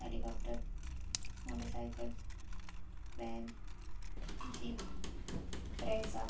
helicopter motorcycle van jeep Brezza